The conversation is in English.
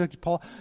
Paul